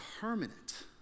permanent